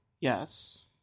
Yes